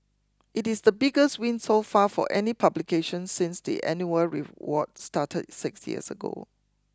it is the biggest win so far for any publication since the annual reward started six years ago